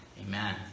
Amen